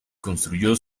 construyó